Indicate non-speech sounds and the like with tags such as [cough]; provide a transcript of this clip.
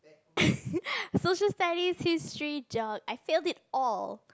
[laughs] Social Studies history geog I failed it all